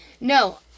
No